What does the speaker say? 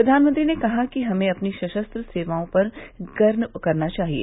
प्रधानमंत्री ने कहा कि हमें अपनी सशस्त्र सेवाओं पर गर्व करना चाहिए